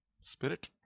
Spirit